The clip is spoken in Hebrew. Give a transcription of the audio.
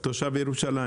יש כאן תושב ירושלים,